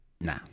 Nah